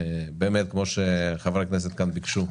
באמת כמו שחברי הכנסת כאן ביקשו,